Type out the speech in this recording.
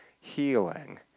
healing